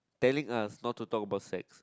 telling us not to talk about sex